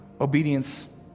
obedience